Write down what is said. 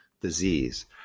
disease